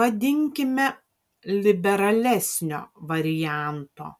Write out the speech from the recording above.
vadinkime liberalesnio varianto